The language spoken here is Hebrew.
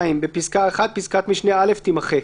2. בפסקה (1), פסקת משנה (א) תימחק.